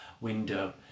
window